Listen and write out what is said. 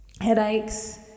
headaches